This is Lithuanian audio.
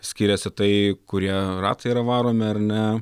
skiriasi tai kurie ratai yra varomi ar ne